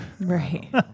Right